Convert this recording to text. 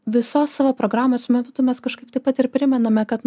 visos savo programos metu mes kažkaip taip pat ir primename kad